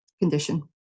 condition